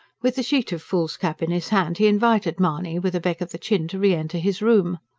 with a sheet of foolscap in his hand, he invited mahony with a beck of the chin to re-enter his room.